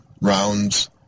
rounds